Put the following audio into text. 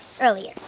earlier